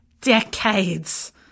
decades